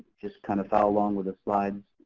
just kind of follow along with the slides,